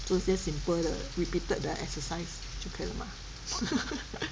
做一些 simple 的 repeated the exercise 就可以了嘛